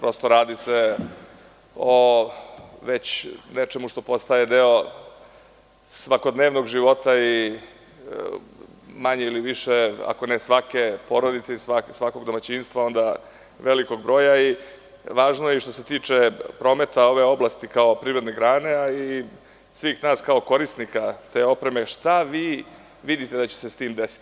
Radi se o nečemu što postaje deo svakodnevnog života i manje ili više, ako ne svake porodice i svakog domaćinstva, onda velikog broja i važno je i što se tiče prometa ove oblasti kao privredne grane, a i svih nas kao korisnika te opreme, šta vi vidite da će se s tim desiti?